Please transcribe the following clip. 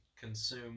consume